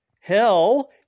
Hell